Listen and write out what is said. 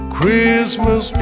Christmas